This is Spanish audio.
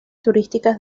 turísticas